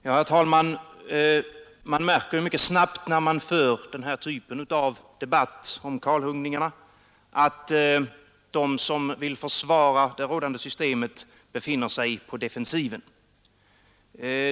Herr talman! Man märker mycket snabbt, när man hör den här typen av debatt om kalhuggningarna, att de som vill försvara det rådande systemet befinner sig på defensiven.